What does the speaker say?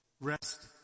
rest